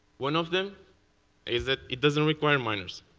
one of them is that it doesn't require miners.